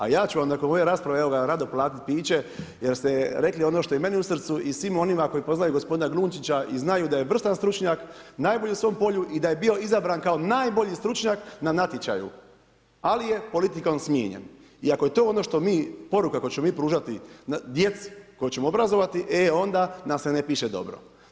A ja ću vam ako bude rasprave, rado platiti piće jer ste rekli ono što je i meni u srcu i svim onima koji poznaju gospodina Glunčića i znaju da je vrstan stručnjak najbolji u svom polju i da je bio izabran kao najbolji stručnjak na natječaju ali je politikom smijenjen i ako je to ono poruka koju ćemo pružati djeci koju ćemo obrazovati, e onda nam se ne piše dobro.